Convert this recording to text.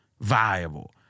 viable